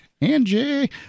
Angie